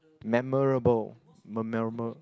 memorable memer~